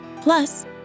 Plus